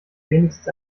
wenigstens